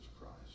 Christ